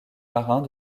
marins